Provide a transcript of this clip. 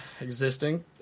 existing